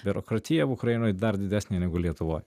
biurokratija ukrainoj dar didesnė negu lietuvoj